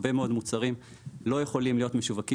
הרבה מאוד מוצרים לא יכולים להיות משווקים